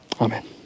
Amen